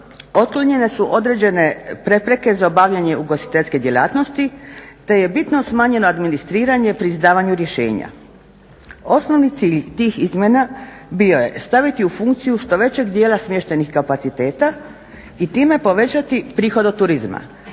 otklonjene su određene prepreke za obavljanje ugostiteljske djelatnosti, te je bitno smanjeno administriranje pri izdavanju rješenja. Osnovni cilj tih izmjena bio je staviti u funkciju što većeg dijela smještajnih kapaciteta i time povećati prihod od turizma.